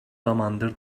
zamandır